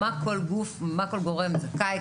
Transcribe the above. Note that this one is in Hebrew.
מה כל גורם זכאי.